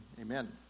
Amen